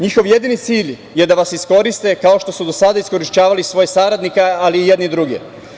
Njihov jedini cilj je da vas iskoriste kao što su do sada iskorišćavali svoje saradnike, ali i jedni drugi.